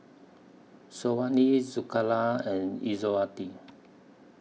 Syazwani Zulaikha and Izzati